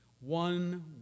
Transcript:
One